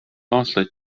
aastaid